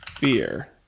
beer